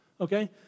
okay